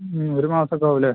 ഉം ഒരു മാസം ഒക്കെ ആവും അല്ലേ